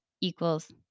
equals